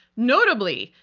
notably,